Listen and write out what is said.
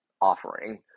offering